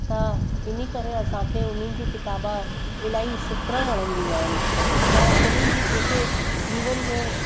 त इनी करे असांखे उन्हनि जी किताबा इलाही सुत्रा वणंदियूं आहिनि त उन्हनि जी जेके जीवन में